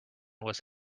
was